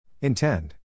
Intend